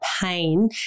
pain